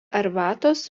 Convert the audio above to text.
arbatos